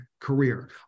career